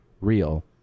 real